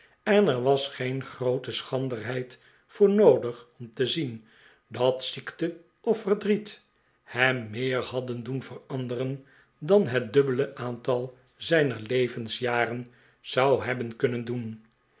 en er was geen groote schranderheid voor noodig om te zien dat ziekte of verdriet hem meer hadden doen veranderen dan het dubbele aantal zijner levensjaren zou hebben kunnen doen